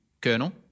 Colonel